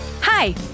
Hi